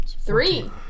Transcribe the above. Three